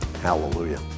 hallelujah